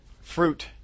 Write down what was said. fruit